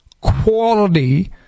quality